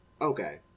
Okay